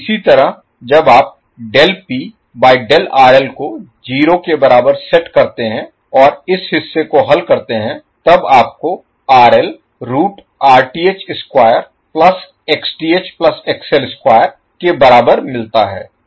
इसी तरह जब आप del P by del RL को 0 के बराबर सेट करते हैं और इस हिस्से को हल करते हैं तब आपको RL root Rth square plus Xth plus XL square के बराबर मिलता है